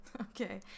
Okay